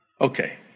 Okay